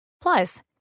Plus